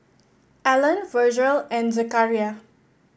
Allen Virgel and Zechariah